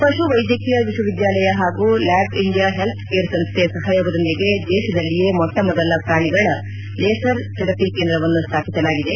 ಪಶುವೈದ್ಯಕೀಯ ವಿಶ್ವವಿದ್ಯಾಲಯ ಹಾಗೂ ಲ್ಯಾಬ್ ಇಂಡಿಯಾ ಹೆಲ್ತ್ ಕೇ ಸಂಸ್ಥೆ ಸಹಯೋಗದೊಂದಿಗೆ ದೇಶದಲ್ಲಿಯೇ ಮೊಟ್ಟ ಮೊದಲ ಪ್ರಾಣಿಗಳ ಲೇಸರ್ ಥೆರಪಿ ಕೇಂದ್ರವನ್ನು ಸ್ಥಾಪಿಸಲಾಗಿದೆ